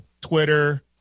Twitter